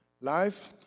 Life